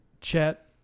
Chet